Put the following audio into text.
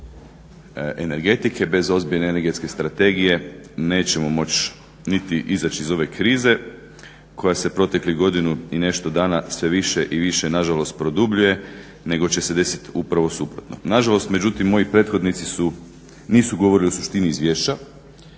konkurentne i bez ozbiljne Energetske strategije nećemo moći niti izaći iz ove krize koja se proteklih godinu i nešto dana sve više i više nažalost produbljuje nego će se desiti upravo suprotno. Nažalost, međutim moji prethodnici nisu govorili o suštini izvješća,